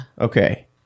Okay